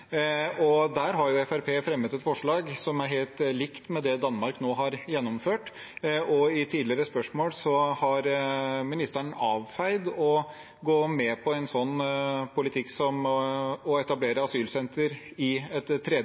og der har Fremskrittspartiet fremmet et forslag som er helt likt det Danmark nå har gjennomført. I tidligere svar har ministeren avfeid å gå med på en sånn politikk som å etablere asylsenter i et